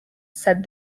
said